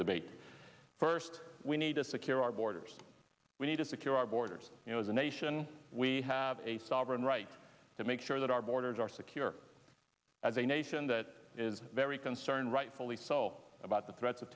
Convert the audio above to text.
debate first we need to secure our borders we need to secure our borders as a nation we have a sovereign right to make sure that our borders are secure as a nation that is very concerned rightfully so about the threats of